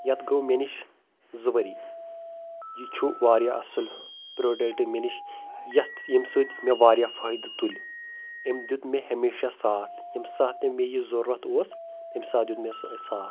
یتھ گوٚو مےٚ نِش زٕ ؤری یہِ چھُ واریاہ اصل پروڈیکٹ مےٚ نِش یتھ ییٚمہِ سۭتۍ مےٚ واریاہ فٲیدٕ تُلۍ أمۍ دِیُت مےٚ ہمیشہ ساتھ ییٚمہِ ساتھ تہِ مےٚ یہِ ضروٗرت اوس تمہِ ساتھ دِیُت مےٚ سا ساتھ